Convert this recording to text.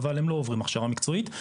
אבל הם לא עוברים הכשרה מקצועית.